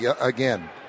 again